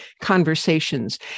conversations